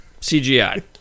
cgi